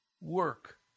work